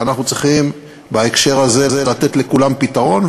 ואנחנו צריכים בהקשר הזה לתת לכולם פתרון,